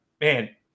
man